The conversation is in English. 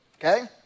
okay